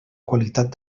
qualitat